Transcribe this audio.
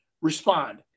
respond